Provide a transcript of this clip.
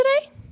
today